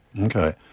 Okay